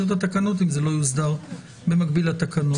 את התקנות אם זה לא יוסדר במקביל לתקנות.